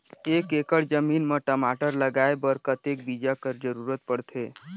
एक एकड़ जमीन म टमाटर लगाय बर कतेक बीजा कर जरूरत पड़थे?